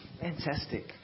Fantastic